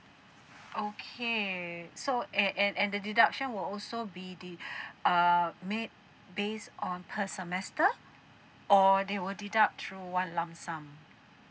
okay so and and and the deduction will also be de~ err made based on per semester or they will deduct through one lump sum